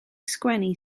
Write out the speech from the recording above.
sgwennu